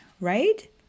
right